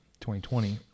2020